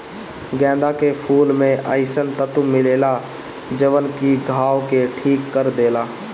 गेंदा के फूल में अइसन तत्व मिलेला जवन की घाव के ठीक कर देला